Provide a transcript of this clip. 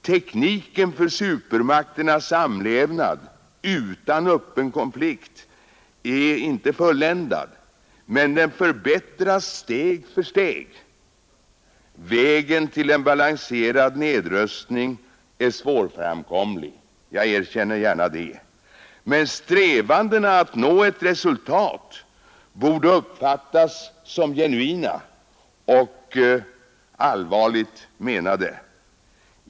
Tekniken för supermakternas samlevnad utan öppen konflikt är inte fulländad, men den förbättras steg för steg. Vägen till en balanserad > nedrustning är svårframkomlig — jag erkänner gärna det — men strävandena att nå ett resultat borde uppfattas som genuina och allvarligt menade.